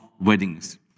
weddings